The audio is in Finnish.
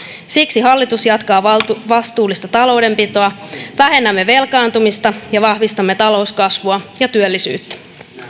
siksi hallitus jatkaa vastuullista vastuullista taloudenpitoa vähennämme velkaantumista ja vahvistamme talouskasvua ja työllisyyttä